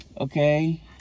okay